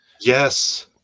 Yes